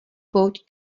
pouť